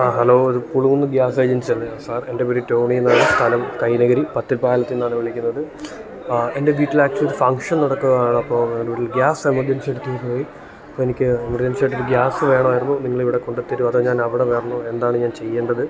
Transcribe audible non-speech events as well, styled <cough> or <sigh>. ആ ഹലോ ഇത് കുളുകുന്ന് ഗ്യാസെജൻസി അല്ലയോ സാർ എൻ്റെ പേര് ടോണി എന്നാണ് സ്ഥലം കൈനകിരി പത്തിപ്പാലത്തിന്നാണ് വിളിക്കുന്നത് എൻ്റെ വീട്ടിലാക്ച്വൽ ഒരു ഫങ്ക്ഷൻ നടക്കുകാണപ്പോള് എൻ്റെ വീട്ടിൽ ഗ്യാസ് <unintelligible> ജൻസി എടുത്തു കൊണ്ടു പോയി അപ്പോള് എനിക്ക് എമർജൻസിയാട്ടൊരു ഗ്യാസ്സ് വേണമായിരുന്നു നിങ്ങളിവിടെ കൊണ്ടു തരുവോ അതോ ഞാനവിടെ വരണോ എന്താണ് ഞാൻ ചെയ്യേണ്ടത്